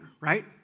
right